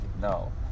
no